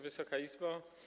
Wysoka Izbo!